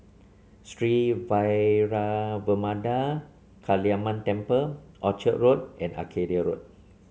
Sri Vairavimada Kaliamman Temple Orchard Road and Arcadia Road